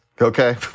okay